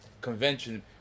convention